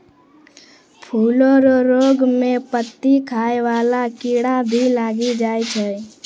फूलो रो रोग मे पत्ती खाय वाला कीड़ा भी लागी जाय छै